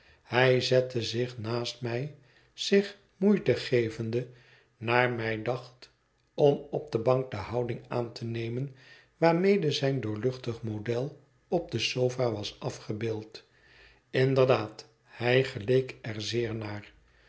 hij zette zich naast mij zich moeite gevende naar mij dacht om op de bank de houding aan te nemen waarmede zijn doorluchtig model op de sofa was afgebeeld inderdaad hij geleek er zeer naar